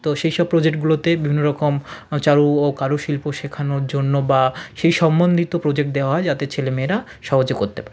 তো সেই সব প্রোজেক্টগুলোতে বিভিন্ন রকম চারু ও কারুশিল্প শেখানোর জন্য বা সেই সম্বন্ধিত প্রোজেক্ট দেওয়া হয় যাতে ছেলে মেয়েরা সহজে করতে পারে